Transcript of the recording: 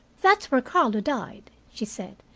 that's where carlo died, she said.